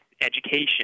education